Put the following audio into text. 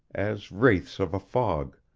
as wraiths of a fog,